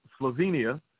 Slovenia